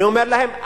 אני אומר להם,